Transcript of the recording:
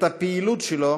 את הפעילות שלו